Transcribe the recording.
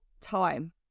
time